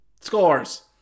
scores